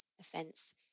offence